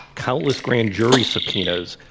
countless grand jury subpoenas.